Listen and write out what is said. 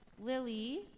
Lily